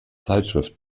zeitschrift